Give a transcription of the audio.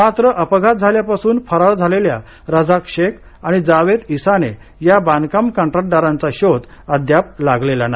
मात्र अपघात झाल्यापासून फरार असलेल्या रझाक शेख आणि जावेत इसाने या या बांधकाम कंत्राटदाराचा शोध अद्याप लागलेला नाही